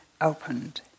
opened